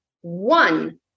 one